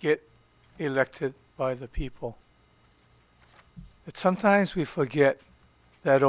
get elected by the people that sometimes we forget that